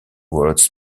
word